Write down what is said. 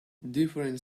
different